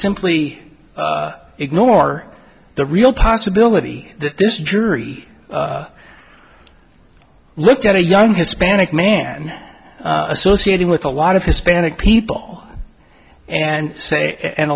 simply ignore the real possibility that this jury looked at a young hispanic man associating with a lot of hispanic people and say and